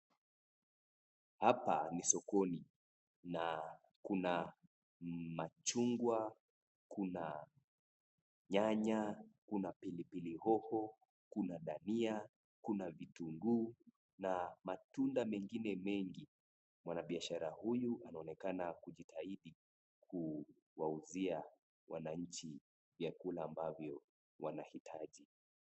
Hapa ni sokoni. Na kuna machungwa, kuna nyanya, kuna pilipili hoho, kuna dania, kuna vitunguu na matunda mengine mengi. Mwanabiashara huyu anaonekana kujitahidi kuwauzia wananchi vyakula ambavyo wanahitaji.